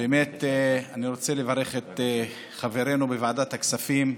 באמת אני רוצה לברך את חברינו בוועדת הכספים,